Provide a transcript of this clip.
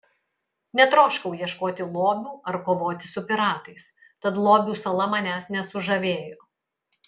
netroškau ieškoti lobių ar kovoti su piratais tad lobių sala manęs nesužavėjo